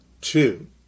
Two